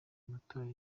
amatora